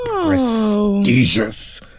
prestigious